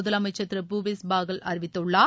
முதலமைச்சர் திரு பூபேஸ் பாகல் அறிவித்துள்ளார்